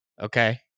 Okay